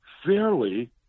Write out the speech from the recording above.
fairly